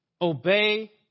Obey